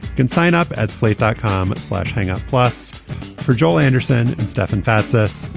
can sign up at slate dot com slash hangout plus for joel anderson and stefan fatsis.